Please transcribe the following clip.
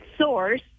source